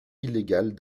illégale